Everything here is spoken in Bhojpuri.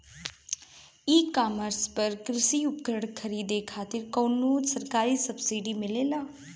ई कॉमर्स पर कृषी उपकरण खरीदे खातिर कउनो सरकारी सब्सीडी मिलेला?